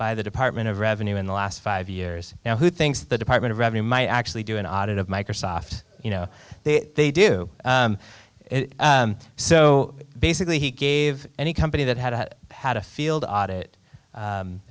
by the department of revenue in the last five years now who thinks the department of revenue might actually do an audit of microsoft you know they do it so basically he gave any company that had had a field audit